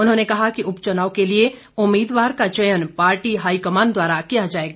उन्होंने कहा कि उपचुनाव के लिए उम्मीदवार का चयन पार्टी हाईकमान द्वारा किया जाएगा